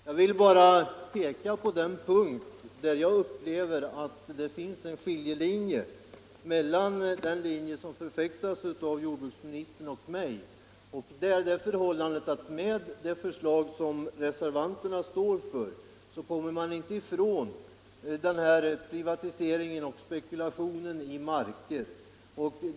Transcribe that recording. Herr talman! Jag vill bara peka på det område där jag upplever det så att det finns en skiljegräns mellan jordbruksministerns linje och min, nämligen att med reservanternas förslag kommer man inte ifrån privatiseringen och spekulationen i jaktmarker.